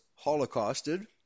holocausted